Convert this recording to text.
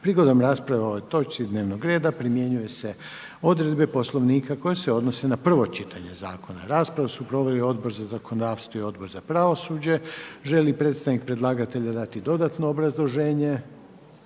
Prigodom rasprave o ovoj točki dnevnog reda primjenjuju se odredbe Poslovnika koje se odnose na prvo čitanje zakona. Raspravu su proveli Odbor za zakonodavstvo i Odbor za pravosuđe. Želi li predstavnik predlagatelja opet državni tajnik